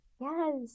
Yes